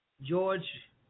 George